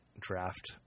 draft